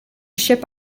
ship